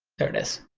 there it is,